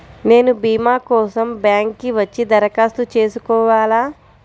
నేను భీమా కోసం బ్యాంక్కి వచ్చి దరఖాస్తు చేసుకోవాలా?